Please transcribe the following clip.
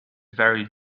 very